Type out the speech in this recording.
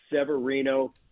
Severino